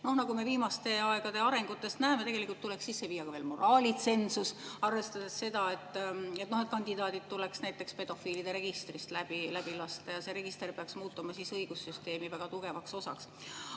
Nagu me viimaste aegade arengutest näeme, tuleks sisse viia ka moraalitsensus, arvestades seda, et kandidaadid tuleks näiteks pedofiilide registrist läbi lasta. See register peaks muutuma õigussüsteemi väga tugevaks osaks.